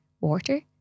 Water